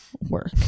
work